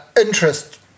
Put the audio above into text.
interest